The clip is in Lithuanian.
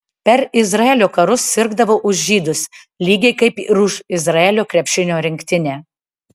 per izraelio karus sirgdavau už žydus lygiai kaip ir už izraelio krepšinio rinktinę